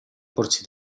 porsi